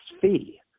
fee